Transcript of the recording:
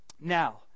Now